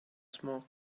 small